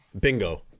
Bingo